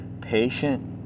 patient